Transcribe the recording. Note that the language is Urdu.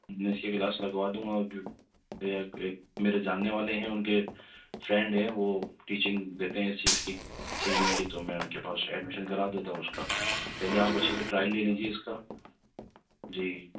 میں اس کی کلاس لگوا دوں گا ایک ایک ایک میرے جاننے والے ہیں ان کے فرینڈ ہیں وہ ٹیچنگ دیتے ہیں اس چیز کی سنگنگ کی تو میں ان کے پاس ایڈمیشن کرا دیتا ہوں اس کا پہلے آپ اچھے سے ٹرائل لے لیجئے اس کا جی